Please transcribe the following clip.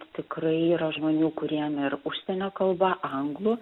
tikrai yra žmonių kuriem ir užsienio kalba anglų